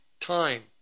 time